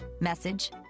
message